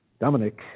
Dominic